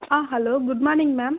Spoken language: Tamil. ah hello good morning ma'am